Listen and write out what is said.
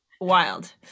wild